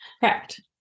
Correct